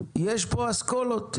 יש פה אסכולות,